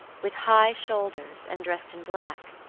with high shoulders, and dressed in black.